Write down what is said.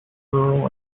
rural